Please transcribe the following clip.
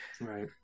Right